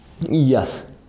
Yes